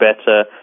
better